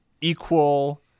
Equal